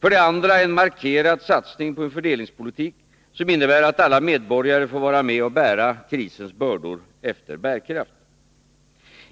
För det andra: En markerad satsning på en fördelningspolitik, som innebär att alla medborgare får vara med och bära krisens bördor efter bärkraft.